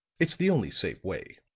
it's the only safe way.